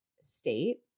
state